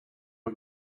are